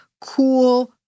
cool